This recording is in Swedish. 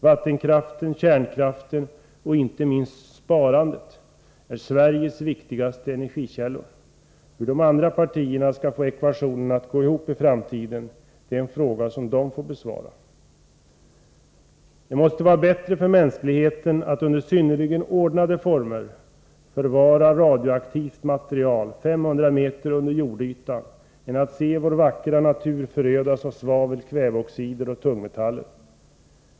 Vattenkraften, kärnkraften och inte minst sparandet är Sveriges viktigaste energikällor. Hur de andra partierna skall få ekvationen att gå ihop i framtiden är en fråga som de får besvara. Det måste vara bättre för mänskligheten att under synnerligen ordnade former förvara radioaktivt material 500 meter under jordytan än att se vår vackra natur förödas av svavel, kväveoxider och tungmetaller.